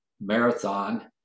marathon